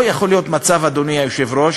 לא יכול להיות מצב, אדוני היושב-ראש,